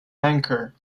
anchor